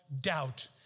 doubt